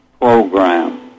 program